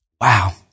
Wow